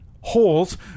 holes